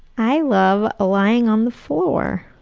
i love ah lying on the floor.